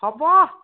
হ'ব